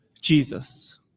Jesus